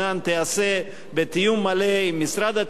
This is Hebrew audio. תיעשה בתיאום מלא עם משרד התקשורת,